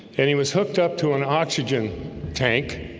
and he was hooked up to an oxygen tank